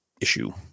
issue